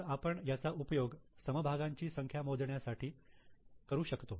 तर आपण याचा उपयोग समभागांची संख्या मोजण्यासाठी करू शकतो